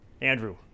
Andrew